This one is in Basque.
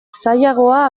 zailagoa